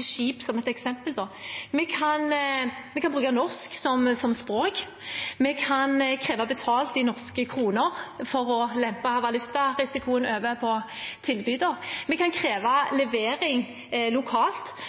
skip som et eksempel: Vi kan bruke norsk som språk. Vi kan kreve betalt i norske kroner for å lempe valutarisikoen over på tilbyder. Vi kan kreve levering lokalt.